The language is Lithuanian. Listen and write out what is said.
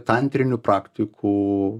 tantrinių praktikų